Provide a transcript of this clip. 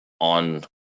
on